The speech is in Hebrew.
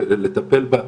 כדי לטפל בה,